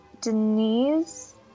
Denise